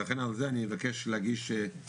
ולכן על זה אני אבקש להגיש הסתייגות.